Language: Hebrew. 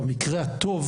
במקרה הטוב